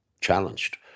challenged